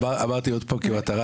אמרתי "כמטרה",